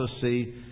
see